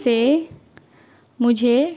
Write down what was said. سے مجھے